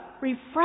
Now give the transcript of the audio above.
refresh